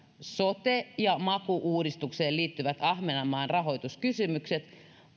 sote ja maku uudistukseen liittyvät ahvenanmaan rahoituskysymykset